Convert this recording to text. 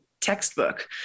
textbook